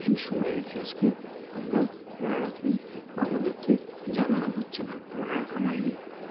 এই সময়ের ইতিহাসকে আমরা মনে রাখি নি বা আমাদেরকে জানানো হচ্ছে না মনে রাখা হয় নি